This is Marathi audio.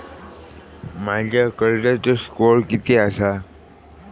माझ्या कर्जाचो स्कोअर किती आसा?